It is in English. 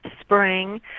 spring